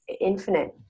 infinite